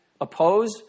oppose